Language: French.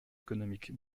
économiques